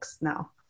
now